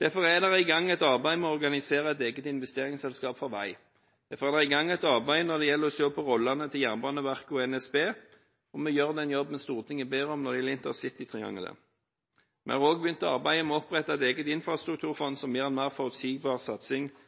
Derfor er det et arbeid i gang med å organisere et eget investeringsselskap for vei. Derfor er det et arbeid i gang når det gjelder å se på rollene til Jernbaneverket og NSB. Og vi gjør den jobben Stortinget har bedt om når det gjelder intercitytriangelet. Vi har også begynt å arbeide med å opprette et eget infrastrukturfond som gir en mer forutsigbar